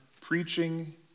preaching